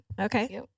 Okay